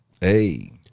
Hey